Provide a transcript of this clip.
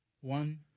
one